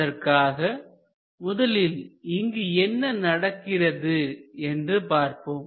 அதற்காக முதலில் இங்கு என்ன நடக்கிறது என்று பார்ப்போம்